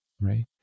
Right